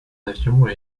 avions